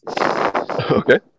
Okay